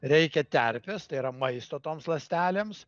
reikia terpės tai yra maisto toms ląstelėms